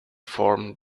form